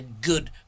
good